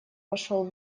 пошел